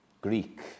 Greek